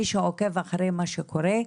מי שעוקב אחרי מה שקורה,